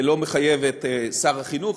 ולא מחייב את שר החינוך,